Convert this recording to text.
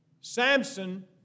Samson